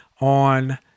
on